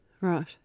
Right